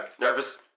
Nervous